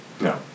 No